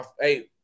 Hey